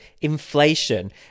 inflation